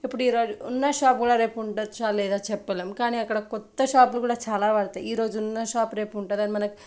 ఇప్పుడు ఈరోజు ఉన్న షాపు కూడా రేపు ఉండవచ్చా లేదా చెప్పలేం కానీ అక్కడ కొత్త షాపులు కూడా చాలా పడతాయి ఈరోజున్న షాపు రేపు ఉంటుంది అని మనకి